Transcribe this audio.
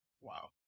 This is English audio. Wow